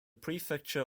prefecture